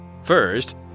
First